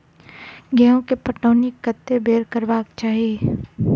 गेंहूँ केँ पटौनी कत्ते बेर करबाक चाहि?